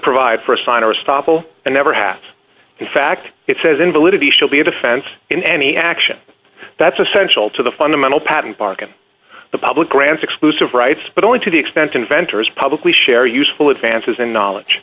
stoffel and never has in fact it says in validity shall be a defense in any action that's essential to the fundamental patent bargain the public grants exclusive rights but only to the extent inventors publicly share useful advances in knowledge